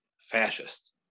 Fascist